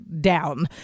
down